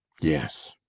yes.